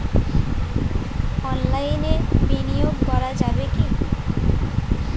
অনলাইনে বিনিয়োগ করা যাবে কি?